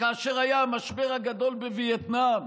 וכאשר היה המשבר הגדול בווייטנאם